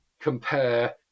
compare